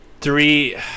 three